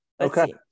Okay